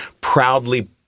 proudly